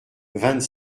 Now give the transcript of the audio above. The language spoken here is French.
vingt